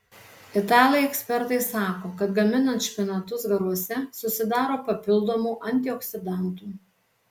italai ekspertai sako kad gaminant špinatus garuose susidaro papildomų antioksidantų